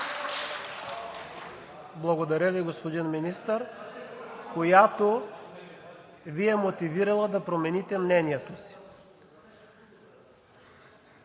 благодаря Ви, господин Министър, Ви е мотивирала да промените мнението си.